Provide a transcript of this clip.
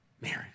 Mary